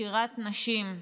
שירת נשים.